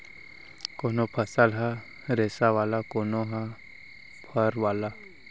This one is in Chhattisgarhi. कोनो फसल ह रेसा वाला, कोनो ह फर वाला